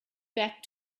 back